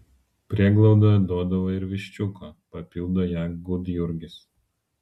prieglaudoje duodavo ir viščiuko papildo ją gudjurgis